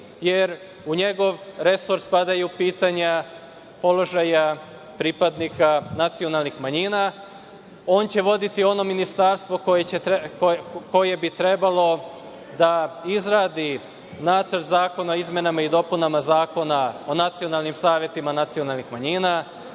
jer u njegov resor spadaju pitanja položaja pripadnika nacionalnih manjina. On će voditi ono ministarstvo koje bi trebalo da izradi nacrt zakona o izmenama i dopunama Zakona o nacionalnim savetima nacionalnih manjina,